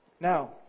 Now